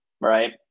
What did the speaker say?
right